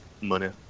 money